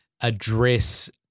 address